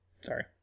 sorry